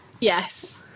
yes